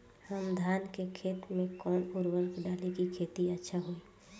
हम धान के खेत में कवन उर्वरक डाली कि खेती अच्छा होई?